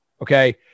Okay